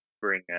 bring